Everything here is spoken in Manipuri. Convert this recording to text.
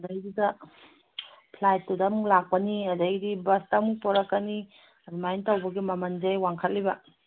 ꯑꯗꯩꯗꯨꯗ ꯐ꯭ꯂꯥꯏꯠꯇꯨꯗ ꯑꯃꯨꯛ ꯂꯥꯛꯄꯅꯤ ꯑꯗꯩꯗꯤ ꯕꯁꯇꯃꯨꯛ ꯄꯣꯔꯛꯀꯅꯤ ꯑꯗꯨꯃꯥꯏꯅ ꯇꯧꯕꯒꯤ ꯃꯃꯟꯁꯦ ꯋꯥꯡꯈꯠꯂꯤꯕ